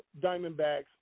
Diamondbacks